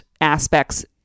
aspects